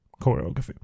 choreography